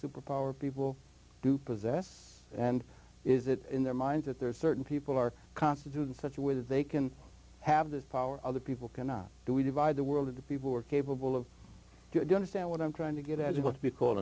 super power people who possess and is it in their minds that there are certain people are constituted such a way that they can have the power of the people cannot do we divide the world of the people who are capable of doing is that what i'm trying to get as it would be called